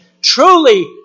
truly